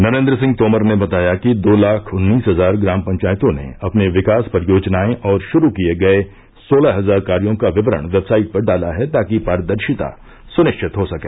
नरेन्द्र सिंह तोमर ने बताया कि दो लाख उन्नीस हजार ग्राम पंचायतों ने अपनी विकास परियोजनाएं और शुरू किए गए सोलह हजार कार्यों का विवरण वेबसाइट पर डाला है ताकि पारदर्शिता सुनिश्चित हो सके